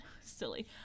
Silly